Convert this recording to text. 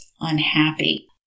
unhappy